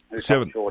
Seven